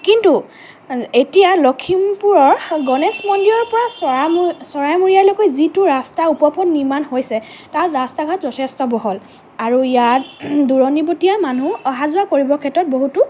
কিন্তু এতিয়া লখিমপুৰৰ গণেশ মন্দিৰৰ পৰা চৰাইমূৰীয়ালৈকে যিটো ৰাস্তা উপপথ নিৰ্মাণ হৈছে তাৰ ৰাস্তা ঘাট যথেষ্ঠ বহল আৰু ইয়াত দূৰণিবটীয়া মানুহ অহা যোৱা কৰিব ক্ষেত্ৰত বহুতো